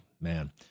man